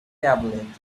tablet